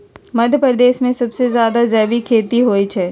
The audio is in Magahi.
मध्यप्रदेश में सबसे जादा जैविक खेती होई छई